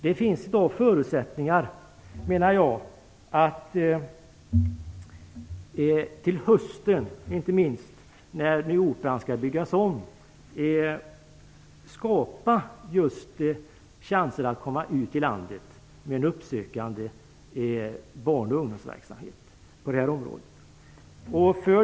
Det finns förutsättningar att till hösten, när Operan skall byggas om, skapa chanser att komma ut i landet med en uppsökande barn och ungdomsverksamhet.